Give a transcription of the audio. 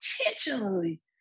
intentionally